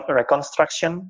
reconstruction